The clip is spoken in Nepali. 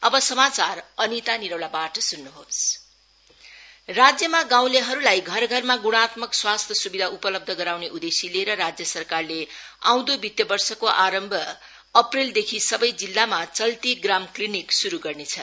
सीएम लोसार सेलिब्रेशन राज्यमा गाउँलेहरूलाई घरघरमा ग्णात्मक स्वास्थ्य स्विधा उपलब्ध गराउने उद्देश्य लिएर राज्य सरकारले आउँदो वितीय वर्षको आरम्भ अप्रेलदेखि सबै जिल्लामा चल्ती ग्राम क्लीनिक शुरू गर्नेछ